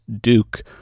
Duke